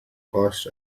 cost